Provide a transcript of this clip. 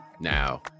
Now